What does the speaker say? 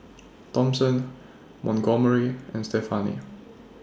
Thompson Montgomery and Stephani